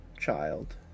child